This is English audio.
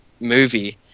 movie